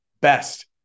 best